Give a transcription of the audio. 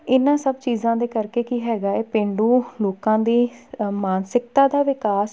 ਇਹਨਾਂ ਸਭ ਚੀਜ਼ਾਂ ਦੇ ਕਰਕੇ ਕੀ ਹੈਗਾ ਹੈ ਪੇਂਡੂ ਲੋਕਾਂ ਦੀ ਮਾਨਸਿਕਤਾ ਦਾ ਵਿਕਾਸ